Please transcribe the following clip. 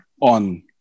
on